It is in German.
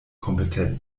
kompetent